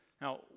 Now